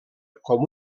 com